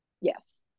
Yes